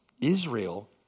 Israel